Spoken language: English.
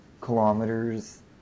kilometers